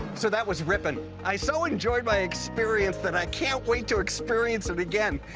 so that was ripon. i so enjoyed my experience, that i can't wait to experience it again.